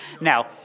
Now